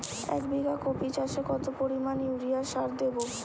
এক বিঘা কপি চাষে কত পরিমাণ ইউরিয়া সার দেবো?